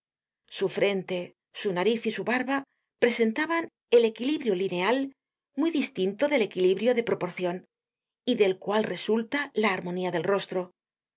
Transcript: su frente su nariz y su barba presentaban el equilibrio lineal muy distinto del equilibrio de proporcion y del cual resulta la armonía del rostro en